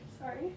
Sorry